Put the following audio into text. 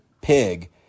Pig